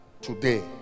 Today